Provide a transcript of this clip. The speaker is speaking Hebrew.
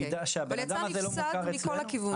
הוא יצא נפסד מכל הכיוונים.